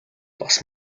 бас